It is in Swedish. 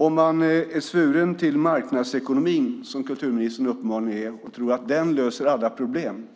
Om man är svuren till marknadsekonomin, som kulturministern uppenbarligen är, och tror att den löser alla problem